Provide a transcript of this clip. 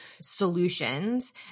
solutions